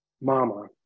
Mama